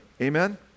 Amen